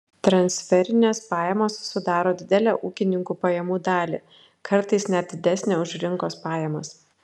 transferinės pajamos sudaro didelę ūkininkų pajamų dalį kartais net didesnę už rinkos pajamas